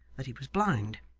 that he was blind.